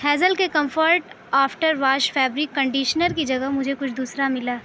hazel کے comfort after wash fabric conditioner کی جگہ مجھے کچھ دوسرا ملا